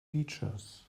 bleachers